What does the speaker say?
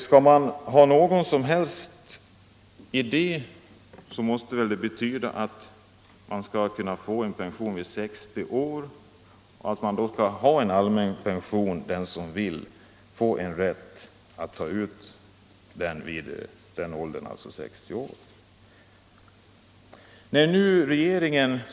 Skulle man ha någon uppfattning om detta så måste det väl vara att det bör införas en rätt att gå i pension vid 60 års ålder.